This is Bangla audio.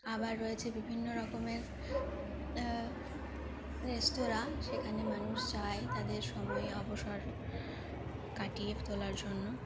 আবার রয়েছে বিভিন্ন রকমের রেস্তোরাঁ সেখানে মানুষ যায় তাদের সময় অবসর কাটিয়ে তোলার জন্য